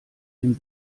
dem